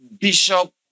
Bishop